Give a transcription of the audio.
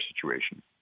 situation